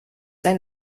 ein